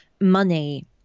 money